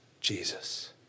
Jesus